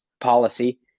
policy